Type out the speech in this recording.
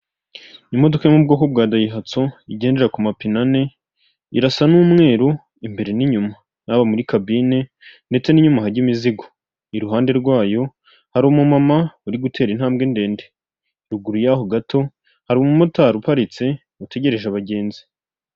Umuhanda w'igitaka urimo imodoka ebyiri imwe y'umukara n'indi yenda gusa umweru, tukabonamo inzu ku ruhande yarwo yubakishije amabuye kandi ifite amababi y'umutuku ni'gipangu cy'umukara.